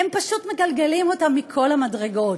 הם פשוט מגלגלים אותם מכל המדרגות.